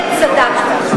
שהיית נגד, צדקת.